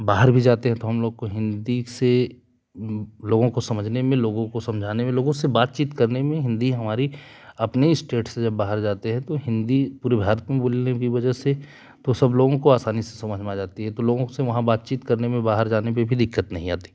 बाहर भी जाते हैं तो हम लोगों को हिंदी से लोगों को समझने में लोगों को समझाने में लोगों से बातचीत करने में हिंदी हमारी अपने स्टेट से जब बाहर जाते हैं तो हिंदी पूरे भारत में बोलने की वजह से तो सब लोगों को आसानी से समझ में आ जाती है तो लोगों से वहाँ बातचीत करने में बाहर जाने में भी दिक्कत नहीं आती